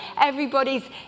Everybody's